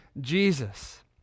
Jesus